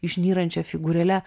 išnyrančia figūrėle